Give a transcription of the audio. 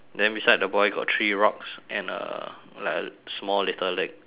then beside the boy got three rocks and a like a small little leg